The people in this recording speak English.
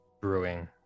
brewing